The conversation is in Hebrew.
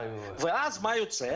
ואז מה יוצא?